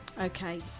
Okay